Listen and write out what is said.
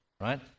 right